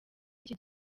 iki